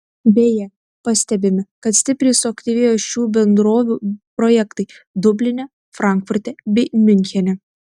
beje pastebime kad stipriai suaktyvėjo šių bendrovių projektai dubline frankfurte bei miunchene